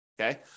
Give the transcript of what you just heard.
Okay